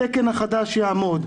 התקן החדש שיעמוד.